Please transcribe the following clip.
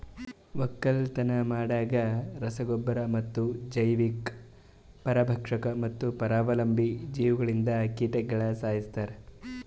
ಒಕ್ಕಲತನ ಮಾಡಾಗ್ ರಸ ಗೊಬ್ಬರ ಮತ್ತ ಜೈವಿಕ, ಪರಭಕ್ಷಕ ಮತ್ತ ಪರಾವಲಂಬಿ ಜೀವಿಗೊಳ್ಲಿಂದ್ ಕೀಟಗೊಳ್ ಸೈಸ್ತಾರ್